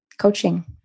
coaching